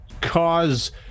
cause